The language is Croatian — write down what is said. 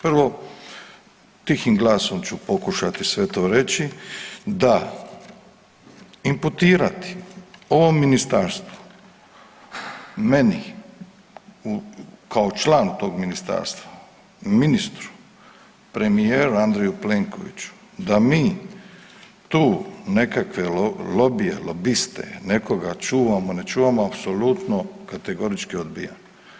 Prvo tihim glasom ću pokušati sve to reći, da imputirati ovom ministarstvu, meni kao članu tog ministarstva, ministru, premijeru Andreju Plenkoviću da mi tu nekakve lobije, lobiste, nekoga čuvamo ne čuvamo apsolutno kategorički odbijam.